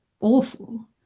awful